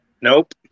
Nope